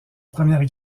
première